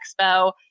Expo